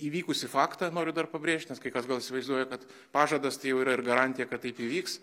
įvykusį faktą noriu dar pabrėžt nes kai kas gal įsivaizduoja kad pažadas tai jau yra ir garantija kad taip įvyks